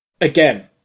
again